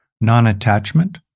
non-attachment